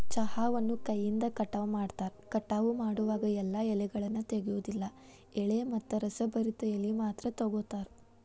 ಚಹಾವನ್ನು ಕೈಯಿಂದ ಕಟಾವ ಮಾಡ್ತಾರ, ಕಟಾವ ಮಾಡೋವಾಗ ಎಲ್ಲಾ ಎಲೆಗಳನ್ನ ತೆಗಿಯೋದಿಲ್ಲ ಎಳೆ ಮತ್ತ ರಸಭರಿತ ಎಲಿ ಮಾತ್ರ ತಗೋತಾರ